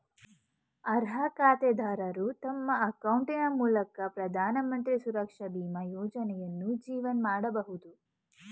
ಅರ್ಹ ಖಾತೆದಾರರು ತಮ್ಮ ಅಕೌಂಟಿನ ಮೂಲಕ ಪ್ರಧಾನಮಂತ್ರಿ ಸುರಕ್ಷಾ ಬೀಮಾ ಯೋಜ್ನಯನ್ನು ಜೀವನ್ ಮಾಡಬಹುದು